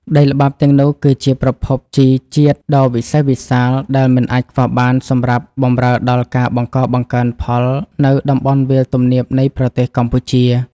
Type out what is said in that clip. ដីល្បាប់ទាំងនោះគឺជាប្រភពជីជាតិដ៏វិសេសវិសាល ដែលមិនអាចខ្វះបានសម្រាប់បម្រើដល់ការបង្កបង្កើនផលនៅតំបន់វាលទំនាបនៃប្រទេសកម្ពុជា។